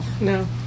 No